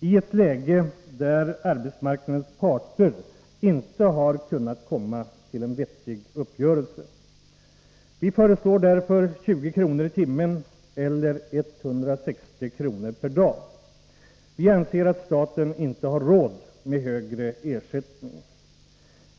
i ett läge där arbetsmarknadens parter inte har kunnat komma till en vettig uppgörelse. Centern föreslår 20 kr. i timmen eller 160 kr. per dag. Vi anser att staten inte har råd med högre ersättning.